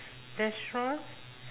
restaurant